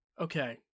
Okay